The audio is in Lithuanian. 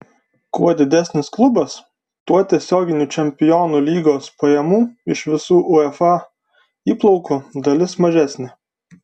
kuo didesnis klubas tuo tiesioginių čempionų lygos pajamų iš visų uefa įplaukų dalis mažesnė